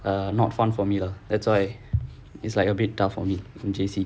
err not fun for me lah that's why it's like a bit tough for me from J_C